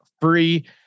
free